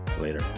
later